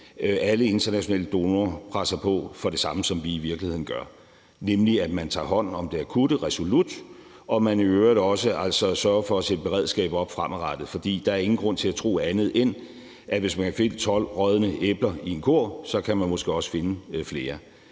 alle internationale donorer presser på for det samme, som vi i virkeligheden gør, nemlig at man tager hånd om det akutte resolut, og at man i øvrigt også sørger for at sætte et beredskab op fremadrettet. For der er ingen grund til at tro andet, end at hvis man kan finde 12 rådne æbler i en kurv, så kan man måske også finde flere.